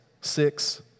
six